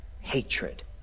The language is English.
hatred